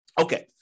Okay